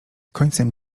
końcem